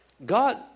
God